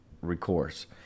recourse